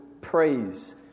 praise